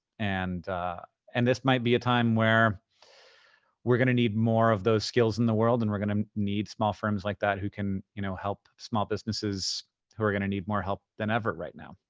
and and this might be a time where we're gonna need more of those skills in the world and we're gonna need small firms like that who can you know help small businesses who are gonna need more help than ever right now.